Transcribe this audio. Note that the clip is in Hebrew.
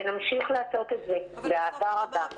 ונמשיך לעשות את זה באהבה רבה.